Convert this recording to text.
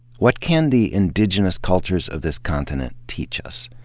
what can the indigenous cultures of this continent teach us?